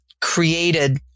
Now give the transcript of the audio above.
created